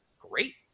Great